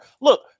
Look